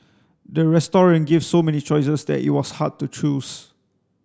the restaurant gave so many choices that it was hard to choose